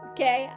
Okay